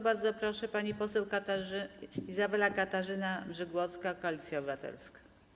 Bardzo proszę, pani poseł Izabela Katarzyna Mrzygłocka, Koalicja Obywatelska.